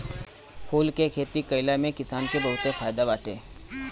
फूल के खेती कईला में किसान के बहुते फायदा बाटे